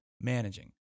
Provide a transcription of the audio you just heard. managing